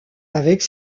avec